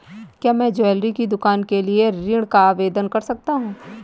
क्या मैं ज्वैलरी की दुकान के लिए ऋण का आवेदन कर सकता हूँ?